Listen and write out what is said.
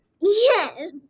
Yes